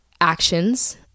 actions